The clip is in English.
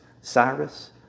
Cyrus